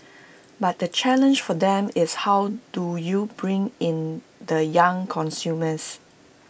but the challenge for them is how do you bring in the young consumers